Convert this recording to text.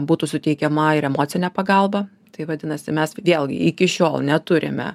būtų suteikiama ir emocinė pagalba tai vadinasi mes vėlgi iki šiol neturime